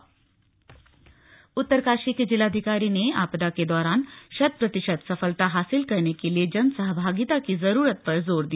आपदा उत्तरकाशी के ज़िलाधिकारी ने आपदा के दौरान शत प्रतिशत सफलता हासिल करने के लिए जनसहभागिता की ज़रूरत पर ज़ोर दिया